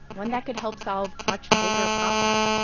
one that could help solve much bigger problems